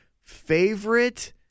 favorite